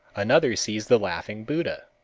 another sees the laughing buddha.